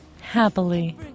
Happily